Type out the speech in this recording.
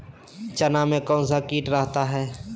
चना में कौन सा किट रहता है?